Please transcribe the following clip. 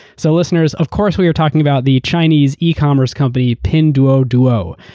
so listeners, of course, we are talking about the chinese ecommerce company, pinduoduo.